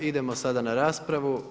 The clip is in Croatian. Idemo sada na raspravu.